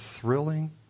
thrilling